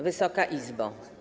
Wysoka Izbo!